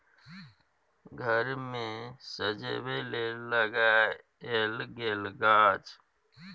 घर मे सजबै लेल लगाएल गेल गाछ